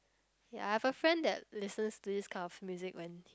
ya I have a friend that listens to this kind of music when